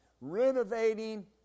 renovating